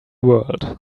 world